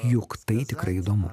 juk tai tikrai įdomu